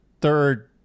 third